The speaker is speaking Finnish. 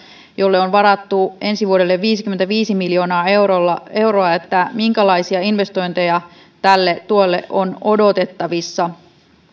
jolle on varattu ensi vuodelle viisikymmentäviisi miljoonaa euroa minkälaisia investointeja tälle tuelle on odotettavissa